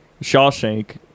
Shawshank